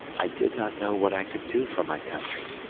i did not know what i could do for my country,